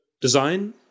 design